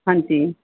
ਹਾਂਜੀ